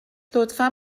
لطفا